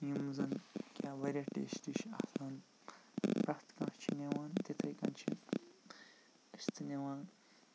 یِم زَن کینٛہہ واریاہ ٹیسٹی چھِ آسان پرٛٮ۪تھ کانٛہہ چھِ نِوان تِتھَے کٔنۍ چھِ أسۍ تہِ نِوان